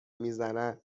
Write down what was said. میزنن